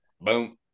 Boom